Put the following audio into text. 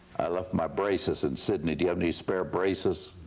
left my braces in sidney, do you have any spare braces?